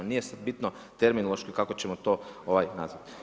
Nije sad bitno terminološki kako ćemo to nazvati.